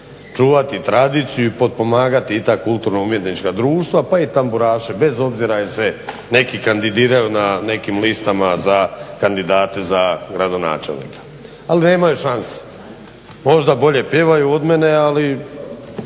čuvati tradiciju i potpomagati i ta kulturno umjetnička društva pa i tamburaše bez obzira jel se neki kandidirali na nekim listama za kandidate za gradonačelnika. Ali nemaju šanse. Možda bolje pjevaju od mene, ali